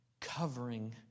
covering